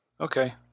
okay